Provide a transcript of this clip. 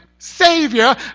savior